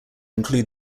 include